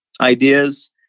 ideas